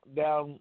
down